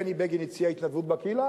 בני בגין הציע "התנדבות בקהילה",